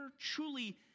truly